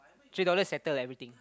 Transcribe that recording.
three dollars settle everything